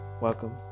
Welcome